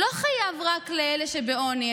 לא חייבים לתת רק לאלה שבעוני,